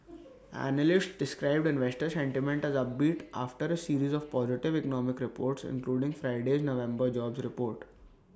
analysts described investor sentiment as upbeat after A series of positive economic reports including Friday's November jobs report